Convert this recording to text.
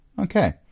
Okay